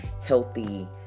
healthy